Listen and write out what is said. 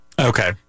Okay